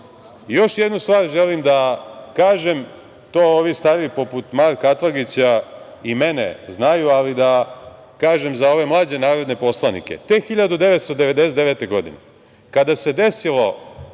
jednu stvar želim da kažem, to ovi stariji poput Marka Atlagića i mene znaju, ali da kažem za ove mlađe narodne poslanike, te 1999. godine, kada se desilo,